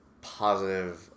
positive